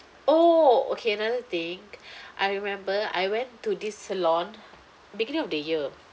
oh okay another thing I remember I went to this salon beginning of the year